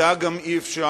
מדע גם אי-אפשר